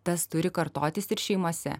tas turi kartotis ir šeimose